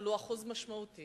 אבל הוא אחוז משמעותי.